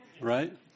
Right